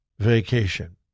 Vacation